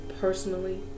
personally